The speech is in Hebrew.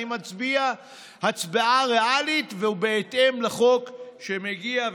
אני מצביע הצבעה ריאלית ובהתאם לחוק שמגיע,